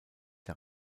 der